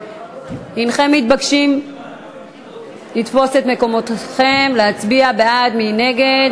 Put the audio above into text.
הנכם מתבקשים לתפוס את מקומותיכם ולהצביע בעד או נגד.